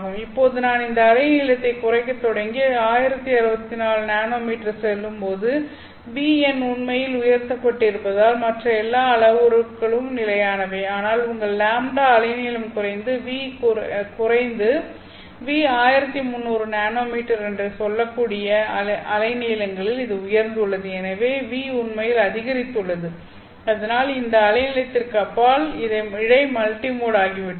இப்போது நான் இந்த அலை நீளத்தை குறைக்கத் தொடங்கி 1064 என்எம் என்று சொல்லும்போது V எண் உண்மையில் உயர்த்தப்பட்டிருப்பதால் மற்ற எல்லா அளவுருக்கள் நிலையானவை ஆனால் உங்கள் λ அலை நீளம் குறைந்து V குறைந்து V 1300nm என்று சொல்லக்கூடிய சில அலைநீளங்களில் இது உயர்ந்துள்ளது எனவே வி V உண்மையில் அதிகரித்துள்ளது இதனால் இந்த அலை நீளத்திற்கு அப்பால் இழை மல்டிமோட் ஆகிவிட்டது